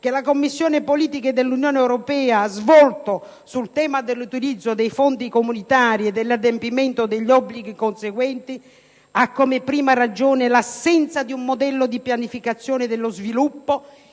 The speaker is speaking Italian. che la Commissione politiche dell'Unione europea ha svolto sul tema dell'utilizzo dei fondi comunitari e dell'adempimento degli obblighi conseguenti, ha come prima ragione l'assenza di un modello di pianificazione dello sviluppo